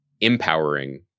empowering